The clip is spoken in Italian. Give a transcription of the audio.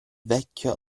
vecchio